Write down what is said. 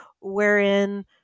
wherein